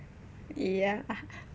ya